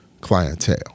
clientele